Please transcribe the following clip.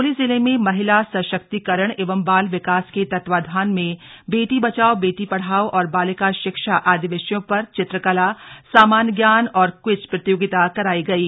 चमोली जिले में महिला सशक्तिकरण एवं बाल विकास के तत्वाधान में बेटी बचाओ बेटी पढ़ाओ और बालिका शिक्षा आदि विषयों पर चित्रकला सामान्य ज्ञान व क्वीज प्रतियोगिता कराई गयी